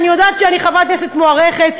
אני יודעת שאני חברת כנסת מוערכת,